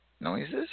noises